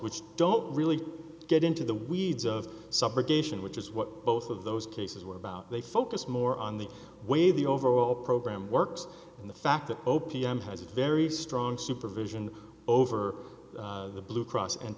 which don't really get into the weeds of subrogation which is what both of those cases were about they focused more on the way the overall program works in the fact that opium has a very strong supervision over the blue cross